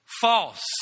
false